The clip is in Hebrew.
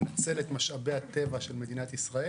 לנצל את משאבי הטבע של מדינת ישראל